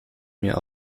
mir